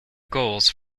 goals